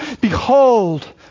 behold